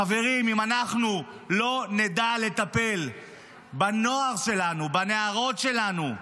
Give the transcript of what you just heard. חברים, אם לא נדע לטפל בנוער שלנו, בנערות שלנו,